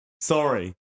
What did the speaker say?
Sorry